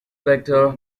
vector